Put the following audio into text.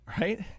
right